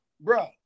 bro